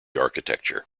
architecture